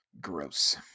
gross